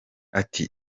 ati